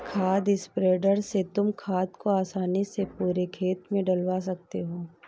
खाद स्प्रेडर से तुम खाद को आसानी से पूरे खेत में डलवा सकते हो